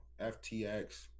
FTX